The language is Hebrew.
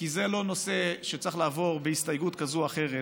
כי זה לא נושא שצריך לעבור בהסתייגות כזאת או אחרת.